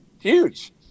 Huge